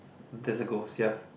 doesn't go sia